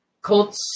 Colts